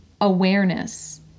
awareness